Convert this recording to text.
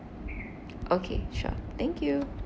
okay sure thank you